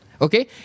Okay